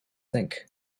think